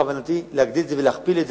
בכוונתי להגדיל את זה ולהכפיל את זה